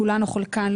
כולן או חלקן,